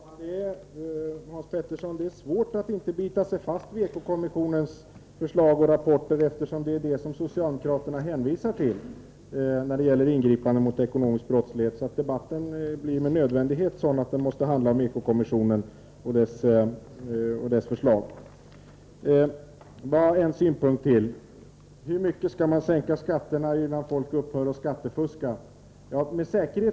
Fru talman! Det är svårt, Hans Pettersson i Helsingborg, att inte bita sig fast vid Eko-kommissionens förslag och rapporter, eftersom det är vad socialdemokraterna hänvisar till när det gäller ingripande mot ekonomisk brottslighet. Debatten måste med nödvändighet handla om Eko-kommissionen och dess förslag. Låt mig bara ange en synpunkt till. Hur mycket skall man sänka skatterna innan folk upphör att skattefuska, frågar Hans Pettersson.